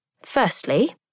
Firstly